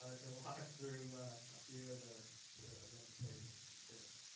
ah to walk through a few of the legislative bills.